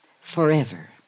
Forever